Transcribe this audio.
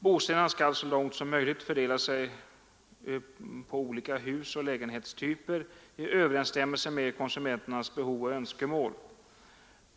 Bostäderna skall så långt som möjligt fördela sig på olika husoch lägenhetstyper i överensstämmelse med konsumenternas behov och önskemål.